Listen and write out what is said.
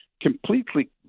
completely